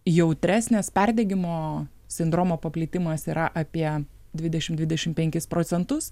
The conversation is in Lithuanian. jautresnis perdegimo sindromo paplitimas yra apie dvidešimt dvidešimt penkis procentus